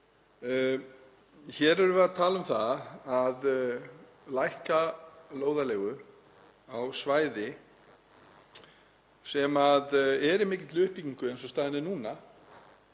Hér erum við að tala um að lækka lóðarleigu á svæði sem er í mikilli uppbyggingu eins og staðan er núna